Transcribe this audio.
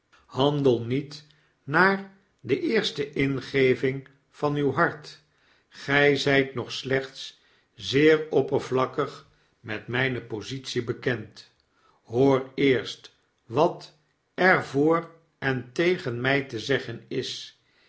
handel niet naar de eerste ingeving van uw hart gij zijt nog slechts zeer oppervlakkig met mijne positie bekend hoor eerst wat er voor en tegen mij te zeggen is